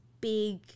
big